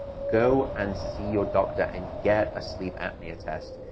go and see your doctor and get a sleep apnea test.